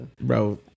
bro